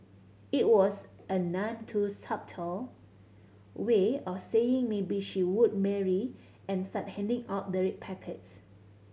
it was a none too subtle way of saying maybe she would marry and start handing out the red packets